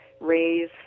raise